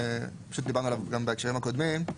ודיברנו עליו בהקשרים הקודמים.